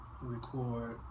record